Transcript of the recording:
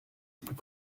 plus